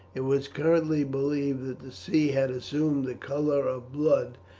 it was currently believed that the sea had assumed the colour of blood,